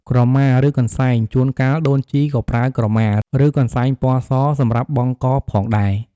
ក្រមាឬកន្សែងជួនកាលដូនជីក៏ប្រើក្រមា ឬកន្សែងពណ៌សសម្រាប់បង់កផងដែរ។